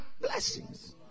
blessings